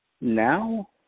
Now